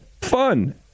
fun